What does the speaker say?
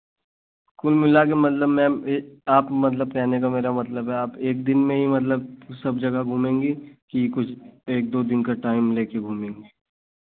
कुल मिलाकर मतलब मैम आप मतलब कहने का मेरा मतलब है आप दिन में ही मतलब सब जगह घूमेंगी कि कुछ एक दो दिन का टाइम लेकर घूमेंगी